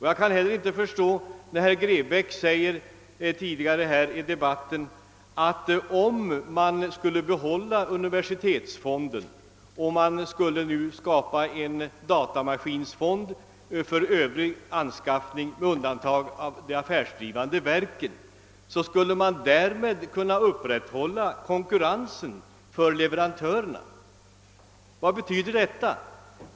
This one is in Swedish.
Jag kan inte heller förstå herr Grebäcks uttalande tidigare i debatten att, om man skulle behålla universitetsfonden och skapa en datamaskinfond för Övrig anskaffning med undantag för de affärsdrivande verkens, skulle man kunna upprätthålla konkurrensen mellan leverantörerna. Vad betyder detta?